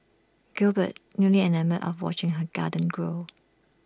Gilbert newly enamoured of watching her garden grow